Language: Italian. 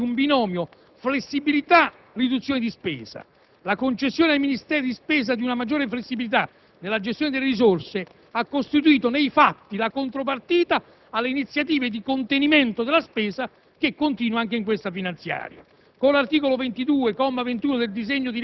ha visto emergere, a mio avviso in maniera preoccupante, un binomio «flessibilità-riduzioni di spesa». La concessione ai Ministeri di spesa di una maggiore flessibilità nella gestione delle risorse ha costituito nei fatti la contropartita alle iniziative di contenimento della spesa, che continua anche in questa finanziaria.